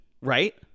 right